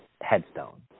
headstone